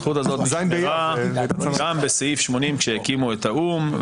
הזכות הזאת נשמרה גם בסעיף 80 כשהקימו את האו"ם.